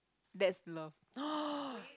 that's love